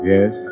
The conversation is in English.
Yes